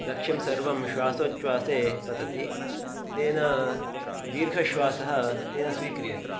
लक्ष्यं सर्वं श्वासोछ्वासे पतति तेन दीर्घश्वासः तेन स्वीक्रियते